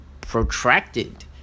protracted